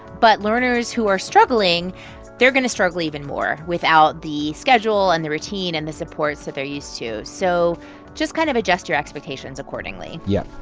but learners who are struggling they're going to struggle even more without the schedule and the routine and the supports that they're used to. so just kind of adjust your expectations accordingly yeah.